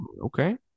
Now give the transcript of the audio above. Okay